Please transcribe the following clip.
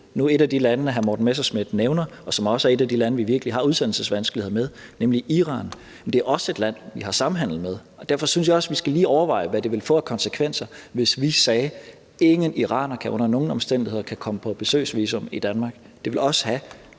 Et af de lande, hr. Morten Messerschmidt nævner, og som også er et af de lande, vi virkelig har udsendelsesvanskeligheder med, nemlig Iran, er også et land, vi har samhandel med. Og derfor synes jeg også, vi lige skal overveje, hvad det ville få af konsekvenser, hvis vi sagde: Ingen iraner kan under nogen omstændigheder komme på et besøgsvisum til Danmark. Det ville også have